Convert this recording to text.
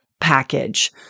package